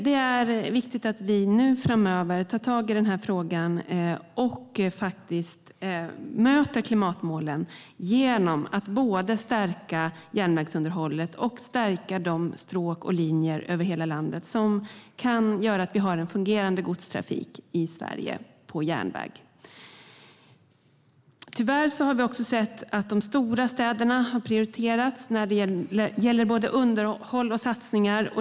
Det är viktigt att vi framöver tar tag i frågan och faktiskt möter klimatmålen genom att både stärka järnvägsunderhållet och stärka de stråk och linjer över hela landet som kan göra att vi har en fungerande godstrafik på järnväg i Sverige. Tyvärr har vi också sett att de stora städerna har prioriterats när det gäller både underhåll och satsningar.